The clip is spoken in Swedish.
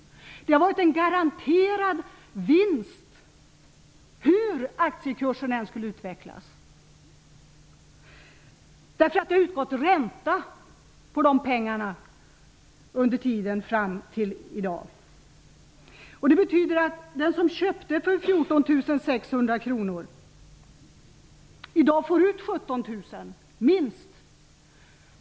De har fått en garanterad vinst hur aktiekursen än skulle utvecklas, eftersom det har utgått ränta på pengarna under tiden fram till i dag. Det betyder att den som köpte för 14 600 kr får ut minst 17 000 kr i dag.